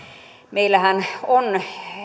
meillähän on